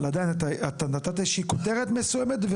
אבל נתת איזושהי כותרת מסוימת,